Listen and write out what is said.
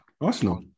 Arsenal